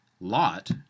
Lot